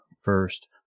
first